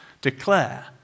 declare